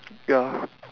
ya